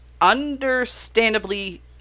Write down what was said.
understandably